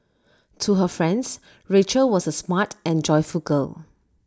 to her friends Rachel was A smart and joyful girl